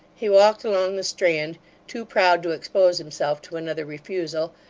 he walked along the strand too proud to expose himself to another refusal,